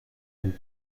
hin